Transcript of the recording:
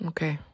Okay